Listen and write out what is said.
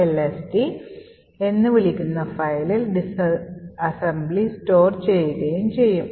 lst എന്ന് വിളിക്കുന്ന ഫയലിൽ disassembly store ചെയ്യുകയും ചെയ്യും